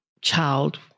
child